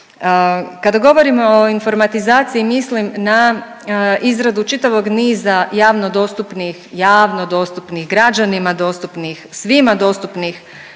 Kada govorimo o informatizaciji mislim na izradu čitavog niza javno dostupnih, javno dostupnih, građanima dostupnih, svima dostupnih